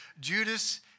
Judas